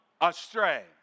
astray